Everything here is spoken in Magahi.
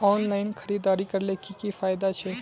ऑनलाइन खरीदारी करले की की फायदा छे?